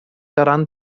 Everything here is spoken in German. daran